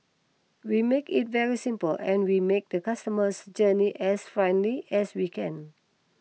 we make it very simple and we make the customer's journey as friendly as we can